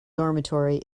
dormitory